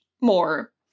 more